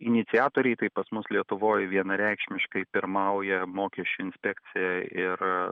iniciatoriai tai pat mus lietuvoj vienareikšmiškai pirmauja mokesčių inspekcija ir